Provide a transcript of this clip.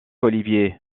olivier